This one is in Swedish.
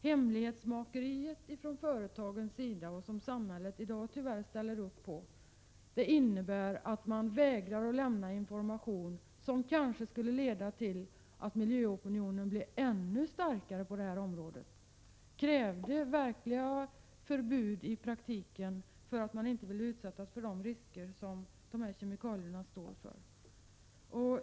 Hemlighetsmakeriet från företagens sida, som samhället i dag tyvärr ställer upp på, innebär att man vägrar lämna ut information som kanske skulle leda till att miljöopinionen blev ännu starkare på det här området och krävde verkliga förbud i praktiken, för att man inte vill utsättas för de risker som kemikalierna medför.